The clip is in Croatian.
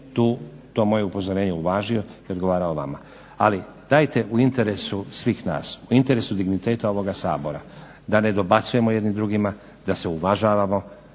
je to moje upozorenje uvažio i odgovarao vama. Ali dajte u interesu svih nas u interesu digniteta ovoga Sabora da ne dobacujemo jedni drugima, da se uvažavamo,